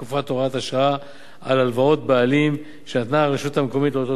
השעה על הלוואות בעלים שנתנה הרשות המקומית לאותו תאגיד.